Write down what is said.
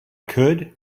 could